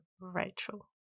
Rachel